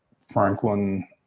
Franklin